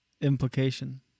implication